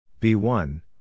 B1